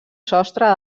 sostre